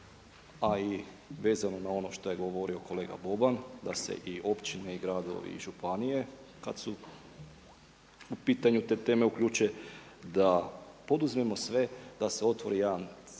a i vezano na ono što je govorio kolega Boban da se i općine i gradovi i županije kad su u pitanju te teme uključe da poduzmemo sve da se otvori jedan centar